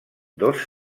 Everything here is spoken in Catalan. dos